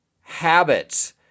habits